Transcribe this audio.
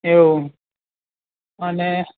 એવું અને